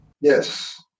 Yes